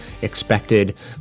expected